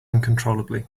uncontrollably